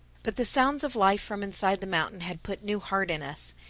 but the sounds of life from inside the mountain had put new heart in us.